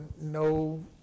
no